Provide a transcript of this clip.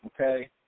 Okay